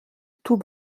tout